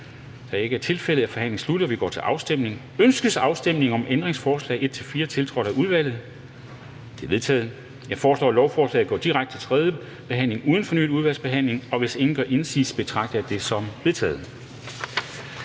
Kl. 10:17 Afstemning Formanden (Henrik Dam Kristensen): Ønskes afstemning om ændringsforslag nr. 1-4, tiltrådt af udvalget? De er vedtaget. Jeg foreslår, at lovforslaget går direkte til tredje behandling uden fornyet udvalgsbehandling. Og hvis ingen gør indsigelse, betragter jeg det som vedtaget.